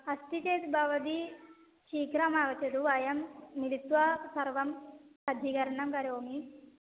अस्ति चेत् भवती शीघ्रमागच्छतु वयं मिलित्वा सर्वं सज्जीकरणं करोमि